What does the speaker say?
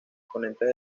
exponentes